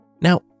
Now